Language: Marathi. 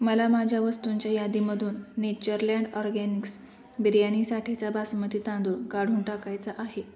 मला माझ्या वस्तूंच्या यादीमधून नेचरलँड ऑरगॅनिक्स बिर्याणीसाठीचा बासमती तांदूळ काढून टाकायचा आहे